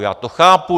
Já to chápu.